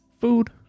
food